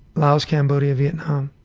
laos, cambodia, vietnam.